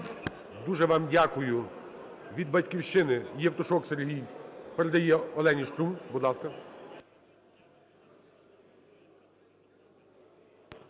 Дуже вам дякую. Від "Батьківщина" Євтушок Сергій, передає Олені Шкрум. Будь ласка.